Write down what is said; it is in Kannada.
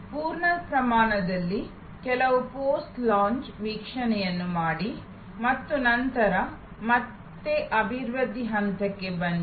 ಪೂರ್ಣ ಪ್ರಮಾಣದಲ್ಲಿ ಕೆಲವು ಪೋಸ್ಟ್ ಲಾಂಚ್ ವೀಕ್ಷಣೆಯನ್ನು ಮಾಡಿ ಮತ್ತು ನಂತರ ಮತ್ತೆ ಅಭಿವೃದ್ಧಿ ಹಂತಕ್ಕೆ ಬನ್ನಿ